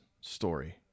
story